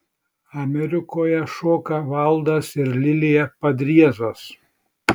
amerikoje šoka valdas ir lilija padriezos